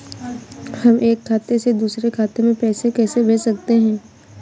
हम एक खाते से दूसरे खाते में पैसे कैसे भेज सकते हैं?